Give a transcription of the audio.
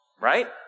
Right